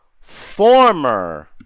former